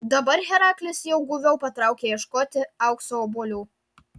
dabar heraklis jau guviau patraukė ieškoti aukso obuolių